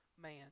man